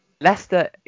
Leicester